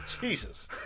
Jesus